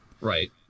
Right